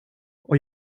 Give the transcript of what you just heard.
och